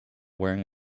wearing